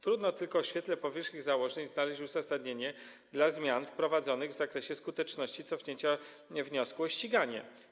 Trudno tylko w świetle powyższych założeń znaleźć uzasadnienie dla zmian wprowadzonych w zakresie skuteczności cofnięcia wniosku o ściganie.